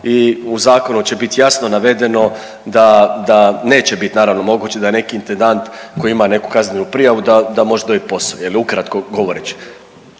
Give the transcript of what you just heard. i u zakonu će biti jasno navedeno da, da neće biti naravno moguće da neki intendant koji ima neku kaznenu prijavu da može dobiti posao, je li ukratko govoreći.